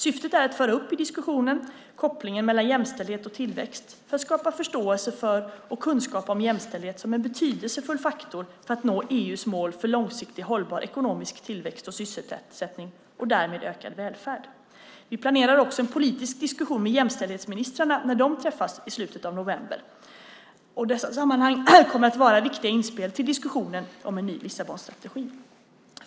Syftet är att i diskussionen föra fram kopplingen mellan jämställdhet och tillväxt för att skapa förståelse för och kunskap om jämställdhet som en betydelsefull faktor för att nå EU:s mål för långsiktigt hållbar ekonomisk tillväxt och sysselsättning och därmed ökad välfärd. Vi planerar också en politisk diskussion med jämställdhetsministrarna när de träffas i slutet av november. Dessa sammanhang kommer att vara viktiga inspel till diskussionen om en ny Lissabonstrategi.